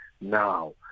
now